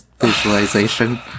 visualization